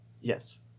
Yes